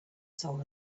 soul